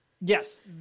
Yes